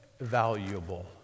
valuable